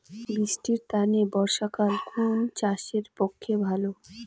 বৃষ্টির তানে বর্ষাকাল কুন চাষের পক্ষে ভালো?